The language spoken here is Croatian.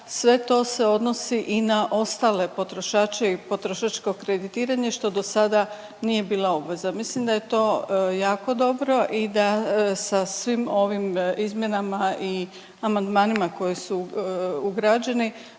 sve to se odnosi i na ostale potrošače i potrošačko kreditiranje, što do sada nije bila obveza. Mislim da je to jako dobro i da sa svim ovim izmjenama i amandmanima koji su ugrađeni,